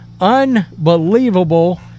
Unbelievable